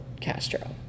Castro